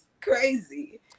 crazy